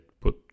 put